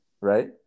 Right